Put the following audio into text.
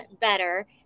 better